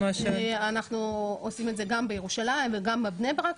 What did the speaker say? אנחנו עושים את זה גם בירושלים וגם בבני ברק.